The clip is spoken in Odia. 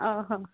ଓହୋ